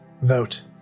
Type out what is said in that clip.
Vote